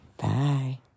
Bye